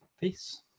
peace